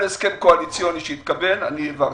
כל הסכם קואליציוני שהתקבל, אני העברתי.